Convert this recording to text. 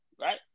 right